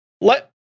let